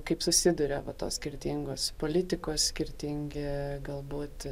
kaip susiduria va tos skirtingos politikos skirtingi galbūt